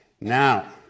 Now